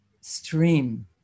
stream